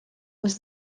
was